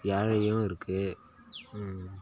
ஏழையும் இருக்குது